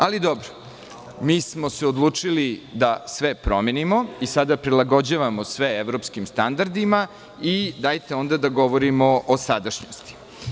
Ali, dobro, mi smo se odlučili da sve promenimo i sada prilagođavamo sve evropskim standardima i dajte onda da govorimo o sadašnjosti.